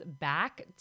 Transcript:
back